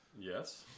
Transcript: Yes